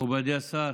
מכובדי השר,